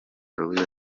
louise